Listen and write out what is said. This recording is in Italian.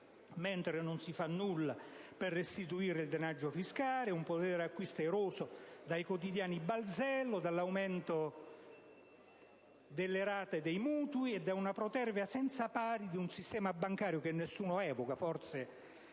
mentre non si fa nulla per restituire il drenaggio fiscale ed un potere di acquisto eroso dai quotidiani balzelli, dall'aumento delle rate dei mutui e da una protervia senza pari di un sistema bancario (che nessuno evoca, forse si